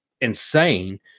insane